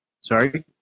Sorry